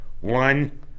One